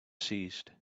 seized